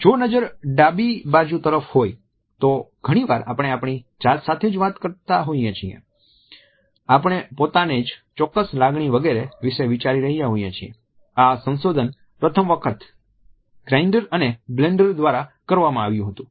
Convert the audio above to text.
જો નજર ડાબી બાજુ તરફ હોય તો ઘણી વાર આપણે આપણી જાત સાથે જ વાત કરી રહ્યા હોઈએ છીએ આપણે પોતાને જ ચોક્કસ લાગણી વગેરે વિશે વિચારી રહ્યા હોઈએ છીએ આ સંશોધન પ્રથમ વખત ગ્રાઇન્ડર અને બેન્ડલર દ્વારા કરવામાં આવ્યું હતું